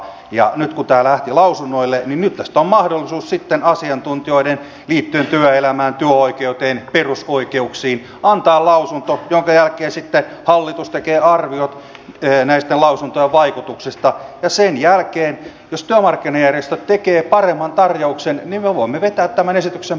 ja nyt kun tämä lähti lausunnoille niin tästä on mahdollisuus sitten asiantuntijoiden liittyen työelämään työoikeuteen perusoikeuksiin antaa lausunto jonka jälkeen sitten hallitus tekee arviot näitten lausuntojen vaikutuksista ja sen jälkeen jos työmarkkinajärjestöt tekevät paremman tarjouksen me voimme vetää tämän esityksen pois